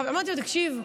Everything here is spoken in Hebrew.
אמרתי לו: תקשיב,